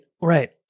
right